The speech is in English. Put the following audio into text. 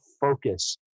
focus